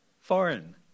foreign